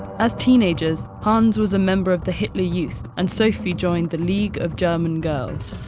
as teenagers, hans was a member of the hitler youth and sophie joined the league of german girls.